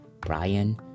Brian